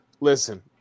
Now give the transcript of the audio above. listen